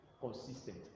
consistent